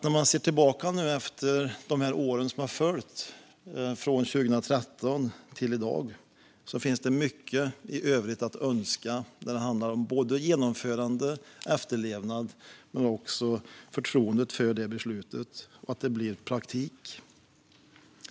När man ser tillbaka på åren från 2013 och fram till i dag finns det mycket i övrigt att önska när det handlar både om genomförande och om efterlevnad av beslutet men också när det handlar om förtroendet för att detta beslut också blir praktik.